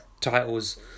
titles